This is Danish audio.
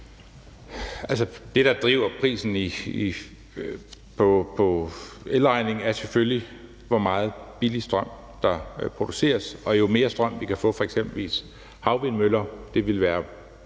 Det, der driver prisen i forhold til elregningen, er selvfølgelig, hvor meget billig strøm der produceres, og jo mere strøm vi kan få fra eksempelvis havvindmøller, og jo større